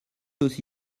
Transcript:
aussi